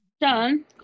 done